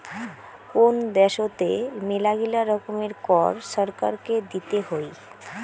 কোন দ্যাশোতে মেলাগিলা রকমের কর ছরকারকে দিতে হই